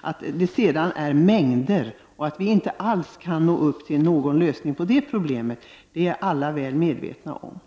Att det är ett mycket stort antal människor och att vi inte kan uppnå en lösning på det problemet är alla medvetna om.